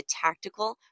tactical